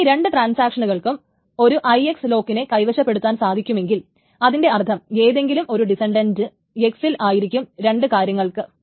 ഇനി രണ്ട് ട്രാൻസാക്ഷനുകൾക്കും ഒരു IX ലോക്കിനെ കൈവശപ്പെടുത്തുവാൻ സാധിക്കുമെങ്കിൽ അതിന്റെ അർത്ഥം ഏതെങ്കിലും ഒരു ഡിസന്റന്റ് X ൽ ആയിരിക്കും രണ്ട് കാര്യങ്ങൾക്ക്